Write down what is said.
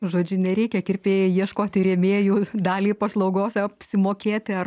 žodžiu nereikia kirpėjai ieškoti rėmėjų dalį paslaugos apsimokėti ar